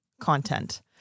content